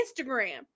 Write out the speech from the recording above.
Instagram